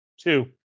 two